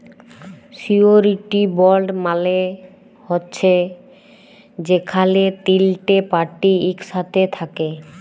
surety bond মালে হছে যেখালে তিলটে পার্টি ইকসাথে থ্যাকে